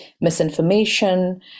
misinformation